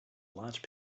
large